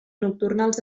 nocturnes